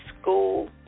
school